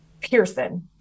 Pearson